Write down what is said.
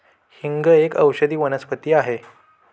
हिंग एक औषधी वनस्पती आहे